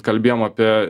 kalbėjom apie